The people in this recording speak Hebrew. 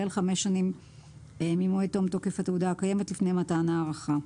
על חמש שנים ממועד תום תוקף התעודה הקיימת לפני מתן ההארכה.